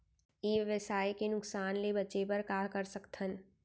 ई व्यवसाय के नुक़सान ले बचे बर का कर सकथन?